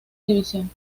división